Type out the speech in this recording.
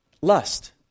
lust